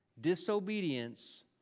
Disobedience